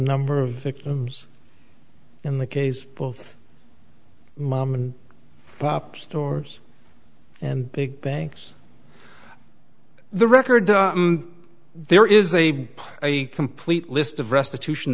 number of victims in the case both mom and pop stores and big banks the record there is a complete list of restitution